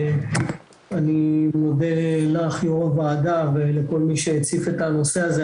אני מודה לך יו"ר הוועדה ולכל מי שהציף את הנושא הזה.